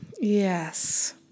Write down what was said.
yes